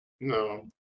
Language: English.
No